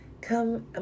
come